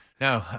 no